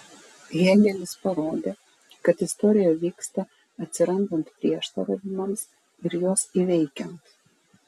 hėgelis parodė kad istorija vyksta atsirandant prieštaravimams ir juos įveikiant